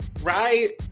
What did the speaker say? right